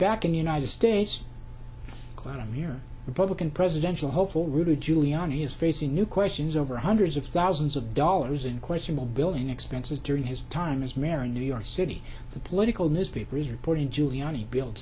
back in the united states glad i'm here republican presidential hopeful rudy giuliani is facing new questions over hundreds of thousands of dollars in questionable billing expenses during his time as mera new york city the political newspaper is reporting giuliani built